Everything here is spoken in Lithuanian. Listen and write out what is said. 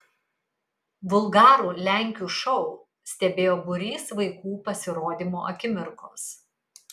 vulgarų lenkių šou stebėjo būrys vaikų pasirodymo akimirkos